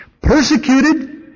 Persecuted